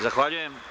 Zahvaljujem.